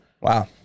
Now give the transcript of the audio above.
Wow